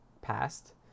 passed